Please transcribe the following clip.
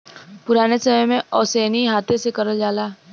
पुराने समय में ओसैनी हाथे से करल जाला